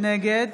נגד